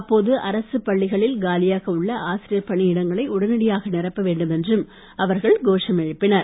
அப்போது அரசுப் பள்ளிகளில் காலியாக உள்ள ஆசிரியர் பணியிடங்களை உடனடியாக நிரப்ப வேண்டும் என்றும் அவர் கோஷம் எழுப்பினர்